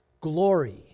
Glory